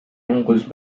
nombreuses